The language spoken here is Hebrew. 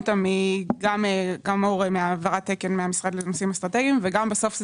גם מהעברת תקן מהמשרד לנושאים אסטרטגיים וגם בסוף אלה